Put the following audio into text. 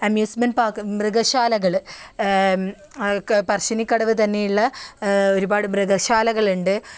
amusement park മൃഗശാലകൾ പറശ്ശിനിക്കടവ് തന്നെയുള്ള ഒരുപാട് മൃഗശാലകളുണ്ട്